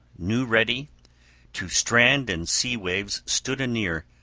new-ready, to strand and sea-waves stood anear,